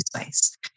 space